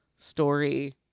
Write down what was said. Story